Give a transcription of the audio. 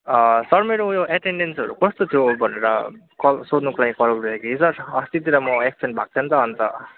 sir मेरो उयो एटेन्डेन्सहरू कस्तो थियो भनेर कल सोध्नुको लागि कल गरेको कि सर अस्तितिर म एब्सेन्ट भएको थिएँ नि त अन्त